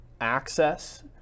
access